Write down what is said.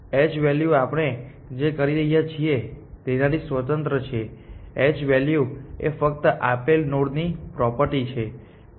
H value આપણે જે કરી રહ્યા છીએ તેનાથી સ્વતંત્ર છે H વેલ્યુ એ ફક્ત આપેલ નોડની પ્રોપર્ટી છે